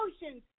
emotions